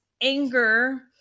anger